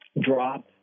drop